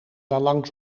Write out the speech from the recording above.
daarlangs